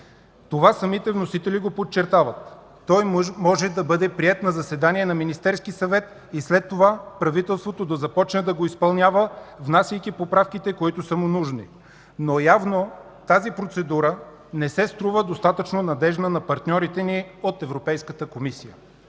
Това самите вносители го подчертават. Той може да бъде приет на заседание на Министерския съвет и след това правителството да започне да го изпълнява, внасяйки поправките, които са му нужни, но явно тази процедура не се струва достатъчно надеждна на партньорите ни от Европейската комисия.